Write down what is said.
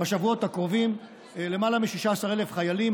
בשבועות הקרובים למעלה מ-16,000 חיילים,